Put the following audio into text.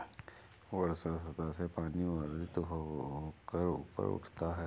वर्षा सतह से पानी वाष्पित होकर ऊपर उठता है